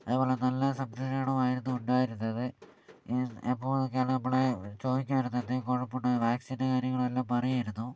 അതുപോലെ നല്ല സംരക്ഷണമായിരുന്നു ഉണ്ടായിരുന്നത് എപ്പോൾ നോക്കിയാലും നമ്മളെ ചോദിക്കുമായിരുന്നു എന്തെങ്കിലും കുഴപ്പം ഉണ്ടോ വാക്സിൻ്റെ കാര്യങ്ങളും എല്ലാം പറയാമായിരുന്നു